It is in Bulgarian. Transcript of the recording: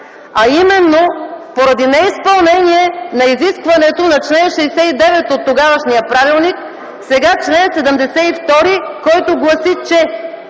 а именно – поради неизпълнение на изискването на чл. 69 от тогавашния правилник, сега чл. 72, който гласи, че: